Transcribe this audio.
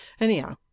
anyhow